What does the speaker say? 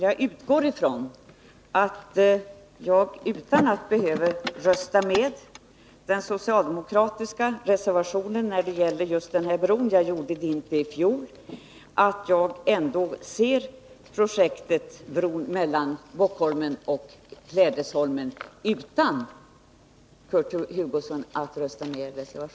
Jag utgår från att jag utan att behöva rösta för den socialdemokratiska reservationen beträffande denna bro — jag gjorde det inte heller i fjol — kommer att få se projektet avseende bron mellan Bockholmen och Klädesholmen bli genomfört.